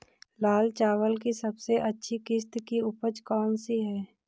लाल चावल की सबसे अच्छी किश्त की उपज कौन सी है?